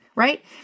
Right